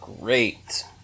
great